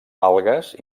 algues